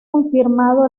confirmado